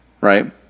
Right